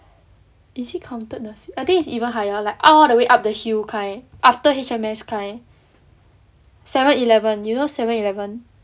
is it counted I think it's even higher like all the way up the hill kind after H_M_S kind seven eleven you know seven eleven